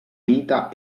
vita